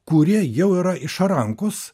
kurie jau yra išrankūs